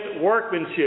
workmanship